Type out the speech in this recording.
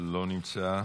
לא נמצא.